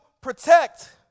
protect